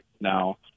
Now